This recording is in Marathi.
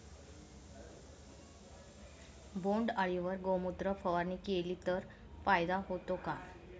बोंडअळीवर गोमूत्र फवारणी केली तर फायदा होतो का?